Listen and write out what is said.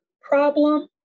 problem